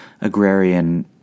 agrarian